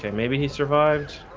and maybe he survived